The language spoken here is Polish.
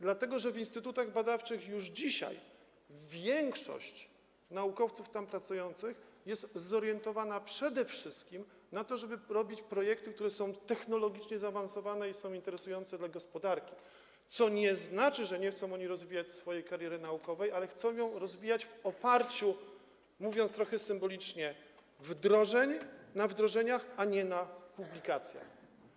Dlatego że w instytutach badawczych już dzisiaj większość naukowców tam pracujących jest zorientowana przede wszystkim na to, żeby robić projekty, które są technologicznie zaawansowane i interesujące z punktu widzenia gospodarki, co nie znaczy, że nie chcą oni rozwijać swojej kariery naukowej, chcą ją jednak rozwijać w oparciu, mówiąc trochę symbolicznie, o wdrożenia, a nie o publikacje.